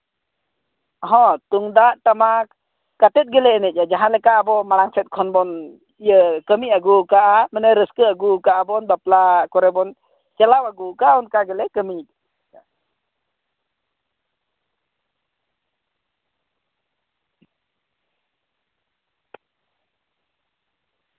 ᱦᱚᱸ ᱛᱩᱢᱫᱟᱹᱜ ᱴᱟᱢᱟᱠ ᱠᱟᱛᱮᱫ ᱜᱮᱞᱮ ᱮᱱᱮᱡᱟ ᱡᱟᱦᱟᱸᱞᱮᱠᱟ ᱟᱵᱚ ᱢᱟᱲᱟᱝ ᱛᱮᱫ ᱠᱷᱚᱱ ᱵᱚᱱ ᱤᱭᱟᱹ ᱠᱟᱹᱢᱤ ᱟᱹᱜᱩᱣᱟᱠᱟᱜᱼᱟ ᱢᱟᱱᱮ ᱨᱟᱹᱥᱠᱟᱹ ᱟᱹᱜᱩᱣᱟᱠᱟᱜᱼᱟ ᱵᱚᱱ ᱵᱟᱯᱞᱟ ᱠᱚᱨᱮ ᱵᱚᱱ ᱪᱟᱞᱟᱣ ᱟᱹᱜᱩᱣᱟᱠᱟᱜᱼᱟ ᱚᱱᱠᱟ ᱜᱮᱞᱮ ᱠᱟᱹᱢᱤᱭ ᱠᱟᱫᱟ